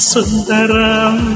Sundaram